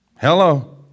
Hello